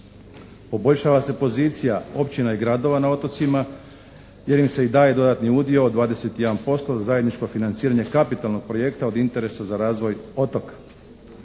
Poboljšava se pozicija općina i gradova na otocima jer im se i daje dodatni udio od 21% za zajedničko financiranje kapitalnog projekta od interesa za razvoj otoka.